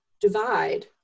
divide